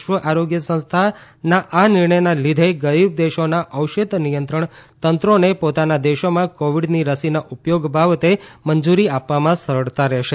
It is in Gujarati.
વિશ્વ આરોગ્ય સંસ્થાના લીદે ગરીબ દેશોના ઔષધ નિયંત્રણ તંત્રોને પોતાના દેશોમાં કોવિડની રસીના ઉપયોગ બાબતે મંજૂરી આપવામાં સરળતા રહેશે